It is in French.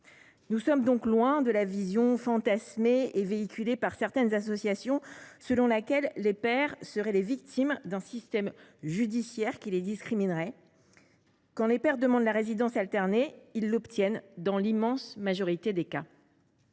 Nous sommes donc loin de la vision fantasmée et véhiculée par certaines associations selon laquelle les pères seraient les victimes d’un système judiciaire qui les discriminerait : quand les pères demandent la résidence alternée, ils l’obtiennent, dans l’immense majorité des cas.